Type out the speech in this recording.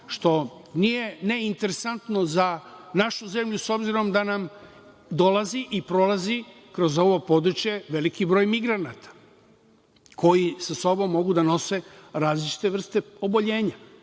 što nije neinteresantno za našu zemlju, s obzirom da nam dolazi i prolazi kroz ovo područje veliki broj migranata koji sa sobom mogu da nose različite vrste oboljenja.